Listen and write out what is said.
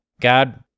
God